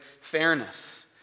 fairness